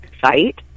site